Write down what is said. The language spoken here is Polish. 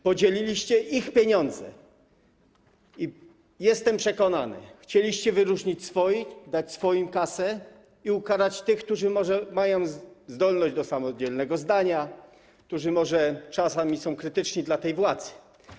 Podzieliliście ich pieniądze i - jestem przekonany - chcieliście wyróżnić swoich, dać kasę swoim i ukarać tych, którzy może mają zdolność do samodzielnego zdania, którzy może czasami są krytyczni wobec tej władzy.